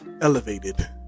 elevated